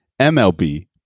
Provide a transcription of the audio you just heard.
MLB